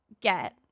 get